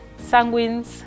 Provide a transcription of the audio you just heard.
sanguines